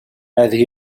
هذه